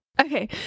Okay